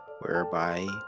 Whereby